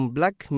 Black